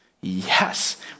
Yes